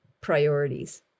priorities